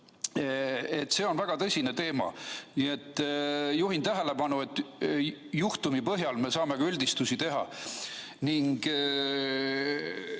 See on väga tõsine teema. Juhin tähelepanu, et selle juhtumi põhjal me saame ka üldistusi teha.